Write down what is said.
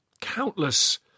countless